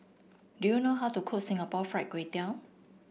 do you know how to cook Singapore Fried Kway Tiao